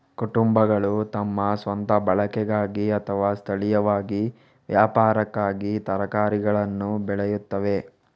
ಕುಟುಂಬಗಳು ತಮ್ಮ ಸ್ವಂತ ಬಳಕೆಗಾಗಿ ಅಥವಾ ಸ್ಥಳೀಯವಾಗಿ ವ್ಯಾಪಾರಕ್ಕಾಗಿ ತರಕಾರಿಗಳನ್ನು ಬೆಳೆಯುತ್ತವೆ